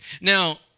Now